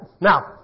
Now